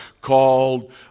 called